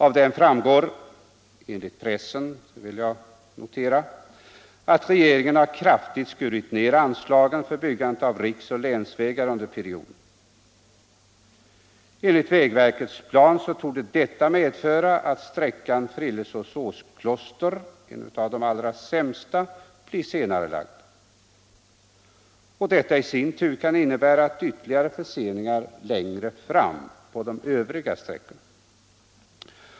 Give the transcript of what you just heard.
Av den framgår — enligt pressen, vill jag notera — att regeringen kraftigt har skurit ned anslagen för byggande av riksoch länsvägar under perioden. Enligt vägverkets plan torde detta medföra att färdigställandet av sträckan Frillesås-Åskloster, en av de allra sämsta bitarna, senareläggs. Detta kan i sin tur innebära ytterligare förseningar längre fram på de övriga sträckorna.